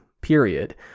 period